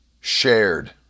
Shared